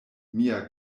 mia